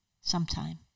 sometime